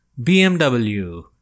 BMW